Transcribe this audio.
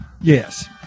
Yes